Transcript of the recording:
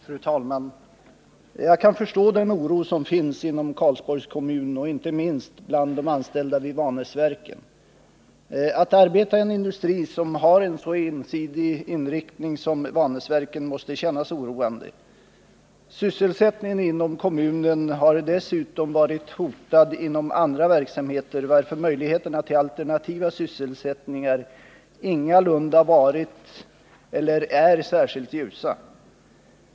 Fru talman! Jag kan förstå den oro som finns inom Karlsborgs kommun och inte minst bland de anställda vid Vanäsverken. Att arbeta i en industri som har en så ensidig inriktning som Vanäsverken måste kännas oroande. Sysselsättningen inom kommunen har dessutom varit hotad inom andra verksamheter, varför möjligheterna till alternativa sysselsättningar ingalunda varit eller är särskilt goda.